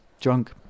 drunk